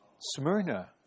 Smyrna